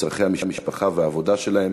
צורכי המשפחה והעבודה שלהם.